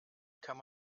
kann